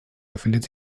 befindet